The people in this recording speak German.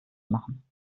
machen